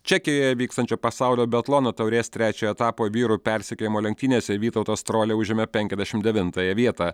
čekijoje vykstančio pasaulio biatlono taurės trečiojo etapo vyrų persekiojimo lenktynėse vytautas strolia užėmė penkiasdešim devintąją vietą